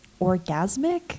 orgasmic